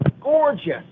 gorgeous